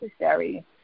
necessary